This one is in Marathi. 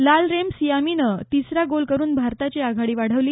लालरेमसियामीनं तिसरा गोल करून भारताची आघाडी वाढवली